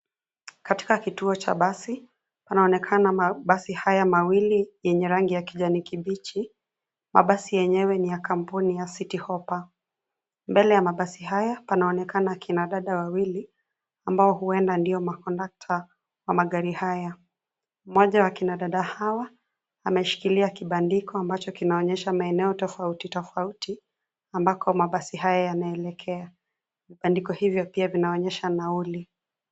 Katika kituo cha basi, panaonekana mabasi haya mawili yenye rangi ya kijani kibichi, mabasi yenyewe ni ya kampuni ya Citi Hoppa, mbele ya mabasi haya panaonekana kina dada wawili, ambao huenda ndio makondakta, wa magari haya, mmoja wa akina dada hawa, ameshikilia kibandiko ambacho kinaonyesha maeneo tofauti tofauti, ambako mabasi haya yanaelekea, vibandiko hivyo pia vinaonyesha nauli.